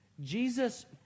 Jesus